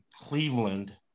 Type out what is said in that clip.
Cleveland